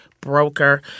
broker